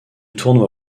tournoi